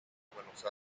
buenos